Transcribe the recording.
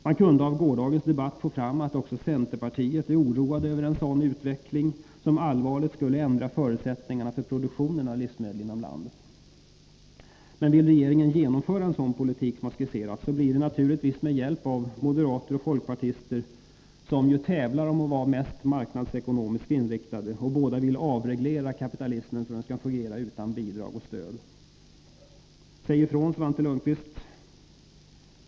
Man kunde av gårdagens debatt få fram att också centerpartiet är oroat över en sådan utveckling, som allvarligt skulle ändra förutsättningarna för produktionen av livsmedel inom landet. Men vill regeringen genomföra en sådan politik som har skisserats, blir det naturligtvis med hjälp av moderater och folkpartister, som ju tävlar om att vara mest marknadsekonomiskt inriktade, och båda vill avreglera kapitalismen, så att den kan fungera utan bidrag och stöd. Säg ifrån, Svante Lundkvist!